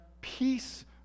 peace